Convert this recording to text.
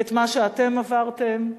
את מה שאתם עברתם,